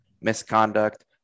misconduct